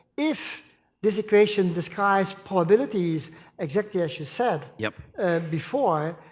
if this equation describes probabilities exactly as you said yeah before,